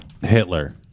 Hitler